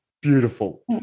beautiful